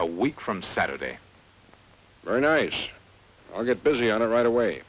a week from saturday are nice i'll get busy on it right away